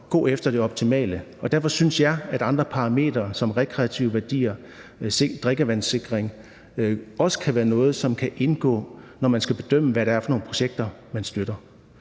gå efter det optimale, og derfor synes jeg, at andre parametre som rekreative værdier og drikkevandssikring også kan være noget, som kan indgå, når man skal bedømme, hvad det er for nogle projekter man støtter.